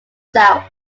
south